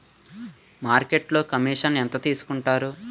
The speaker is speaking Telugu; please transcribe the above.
మార్కెట్లో కమిషన్ ఎంత తీసుకొంటారు?